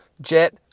jet